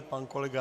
Pan kolega